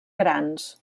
grans